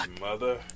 mother